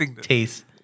taste